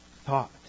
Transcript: thought